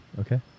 okay